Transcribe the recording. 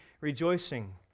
rejoicing